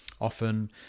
often